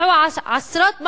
פצעו עשרות מפגינים,